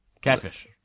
Catfish